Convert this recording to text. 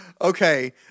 Okay